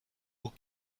aux